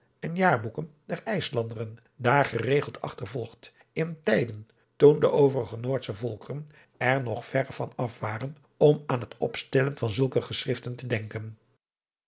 en jaarboeken der ijslanderen daar geregeld achtervolgd in tijden toen de overige noordsche volkeren er nog verre van af waren om aan het opstellen van zulke geschriften te denken